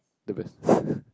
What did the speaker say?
the best